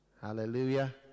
Hallelujah